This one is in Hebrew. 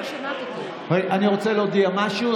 מתנצל, אני רוצה להודיע משהו.